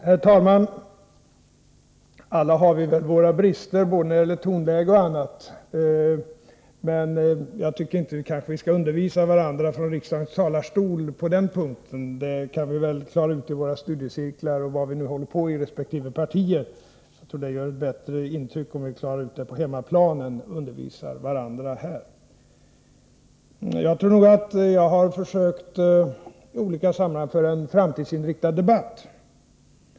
Herr talman! Alla har vi väl våra brister, när det gäller både tonläget och annat. Men vi skall kanske inte undervisa varandra från riksdagens talarstol på den punkten. Det kan vi nog klara ut it.ex. resp. partis studiecirklar. Jag tror att det ger ett bättre intryck om vi klarar ut sådant på hemmaplan än om vi undervisar varandra här. Jag vill nog påstå att jag i olika sammanhang har försökt att föra en framtidsinriktad debatt.